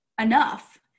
enough